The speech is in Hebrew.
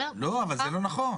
לא, אבל זה לא נכון.